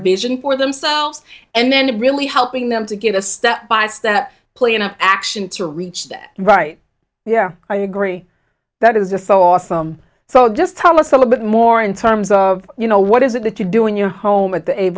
business for themselves and then really helping them to get a step by step plan of action to reach that right yeah i agree that is a so awesome so just tell us a little bit more in terms of you know what is it that you do in your home at the